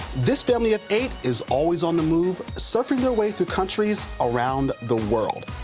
this family of eight is always on the move, surfing their way to countries around the world.